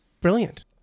brilliant